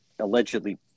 allegedly